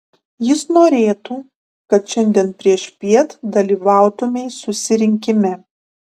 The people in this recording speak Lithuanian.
jis norėtų kad šiandien priešpiet dalyvautumei susirinkime